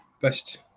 best